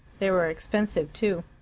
they were expensive too.